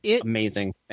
amazing